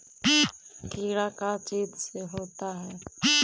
कीड़ा का चीज से होता है?